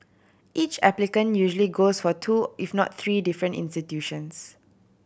each applicant usually goes for two if not three different institutions